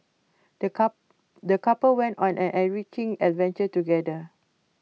the cup the couple went on an enriching adventure together